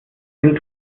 den